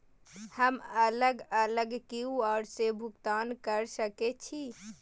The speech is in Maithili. हम अलग अलग क्यू.आर से भुगतान कय सके छि?